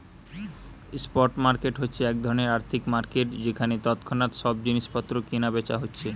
spot market হচ্ছে এক ধরণের আর্থিক মার্কেট যেখানে তৎক্ষণাৎ সব জিনিস পত্র কিনা বেচা হচ্ছে